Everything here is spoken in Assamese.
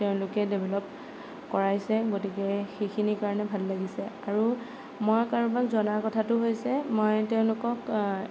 তেওঁলোকে ডেভেল'প কৰাইছে গতিকে সেইখিনিৰ কাৰণে ভাল লাগিছে আৰু মই কাৰোবাক জনাৰ কথাটো হৈছে মই তেওঁলোকক